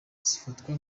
zifatwa